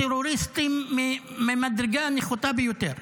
טרוריסטים, ממדרגה נחותה ביותר.